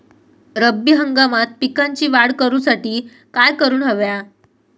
रब्बी हंगामात पिकांची वाढ करूसाठी काय करून हव्या?